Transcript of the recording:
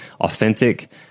authentic